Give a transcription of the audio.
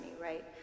right